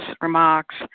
remarks